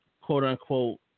quote-unquote